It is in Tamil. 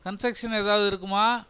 கன்ஸ்ட்ரக்ஷன் ஏதாவது இருக்குமா